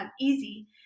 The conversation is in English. easy